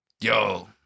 Yo